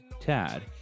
Tad